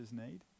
need